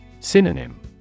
Synonym